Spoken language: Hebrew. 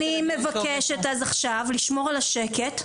אז אני מבקשת עכשיו לשמור על השקט,